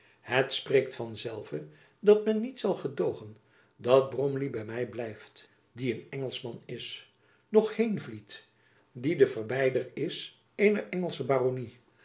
het spreekt van zelve dat men niet zal gedoogen dat bromley by my blijft die een engelschman is noch heenvliet die de verbeider is eener